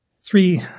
Three